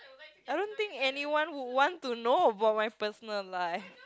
I don't think anyone would want to know about my personal life